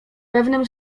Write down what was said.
pewnym